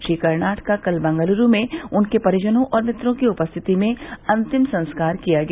श्री कर्नाड का कल देंगलुरू में उनके परिजनों और मित्रों की उपस्थिति में अंतिम संस्कार किया गया